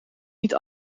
niet